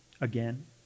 again